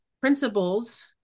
principles